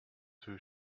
too